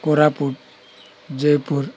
Koraput Jaipur